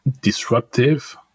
disruptive